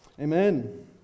Amen